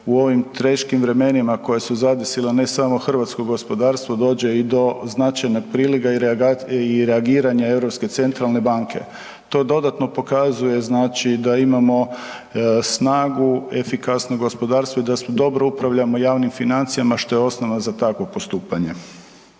u ovim teškim vremenima koja su zadesila ne samo hrvatsko gospodarstvo, dođe i do značajnog priliga i reagiranja Europske centralne banke. To dodatno pokazuje, znači da imamo snagu, efikasno gospodarstvo i da dobro upravljamo javnim financijama, što je osnova za takvo postupanje.